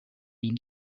been